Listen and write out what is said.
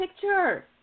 picture